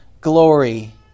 glory